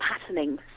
patterning